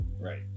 right